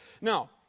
Now